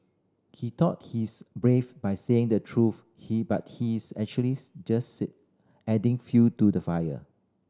he thought he's brave by saying the truth he but he's actually just adding fuel to the fire